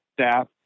staff